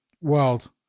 world